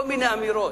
כל מיני אמירות,